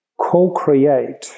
co-create